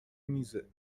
میزه